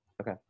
Okay